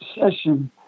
session